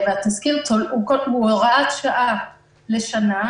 התזכיר הוא הוראת שעה לשנה,